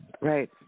Right